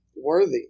worthy